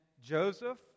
Joseph